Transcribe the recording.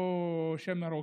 או שם מרוקאי.